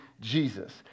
Jesus